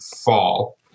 fall